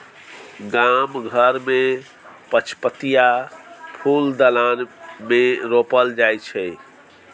गाम घर मे पचपतिया फुल दलान मे रोपल जाइ छै